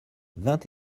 vingt